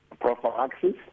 prophylaxis